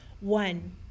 One